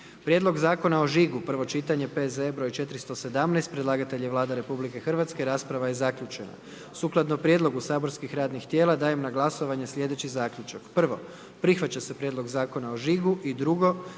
Prijedlog Zakona o vinu, prvo čitanje P.Z.E. broj 430. Predlagatelj je Vlada RH, rasprava je zaključena. Sukladno prijedlogu saborskih radnih tijela, dajem na glasovanje slijedeći zaključak. Prvo, prihvaća se Prijedlog Zakona o vinu i drugo,